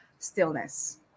stillness